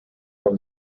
from